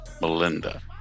Melinda